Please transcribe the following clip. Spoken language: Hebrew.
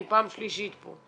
אני פעם שלישית פה.